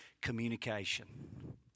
communication